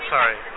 Sorry